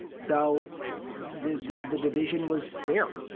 so the the division was there,